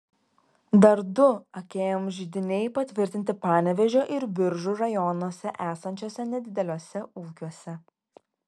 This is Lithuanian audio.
dar du akm židiniai patvirtinti panevėžio ir biržų rajonuose esančiuose nedideliuose ūkiuose